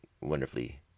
wonderfully